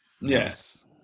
Yes